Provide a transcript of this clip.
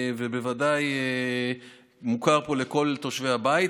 ובוודאי זה מוכר פה לכל תושבי הבית,